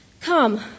Come